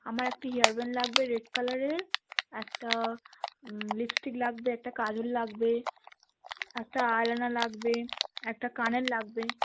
আমার একটা hair band লাগবে রেড কালারের একটা লিপস্টিক লাগবে একটা কাজল লাগবে একটা আই লাইনার লাগবে একটা কানের লাগবে